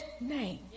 name